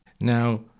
now